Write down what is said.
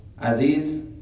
Aziz